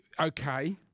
okay